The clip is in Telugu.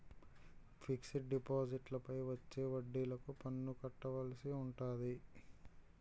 ఫిక్సడ్ డిపాజిట్లపైన వచ్చే వడ్డిలకు పన్ను కట్టవలసి ఉంటాది